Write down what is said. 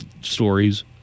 stories